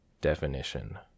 Definition